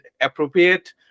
appropriate